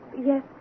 Yes